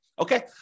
Okay